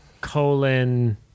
colon